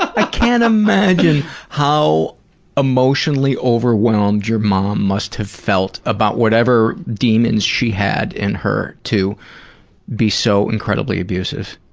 i can't imagine how emotionally overwhelmed your mom must have felt about whatever demons she had in her, to be so incredibly abusive.